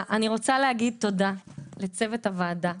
אני רוצה להגיד תודה לצוות הוועדה,